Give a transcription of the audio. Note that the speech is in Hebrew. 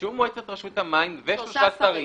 אישור מועצת רשות המים ושלושה שרים.